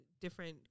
different